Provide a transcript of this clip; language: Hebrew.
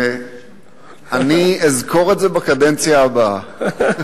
אני אזכור את זה בקדנציה הבאה.